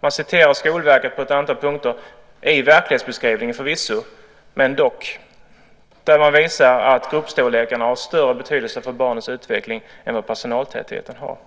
Man citerar Skolverket på ett antal punkter i verklighetsbeskrivningen. Man visar att gruppstorlekarna har större betydelse för barnens utveckling än vad personaltätheten har.